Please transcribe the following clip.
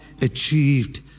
achieved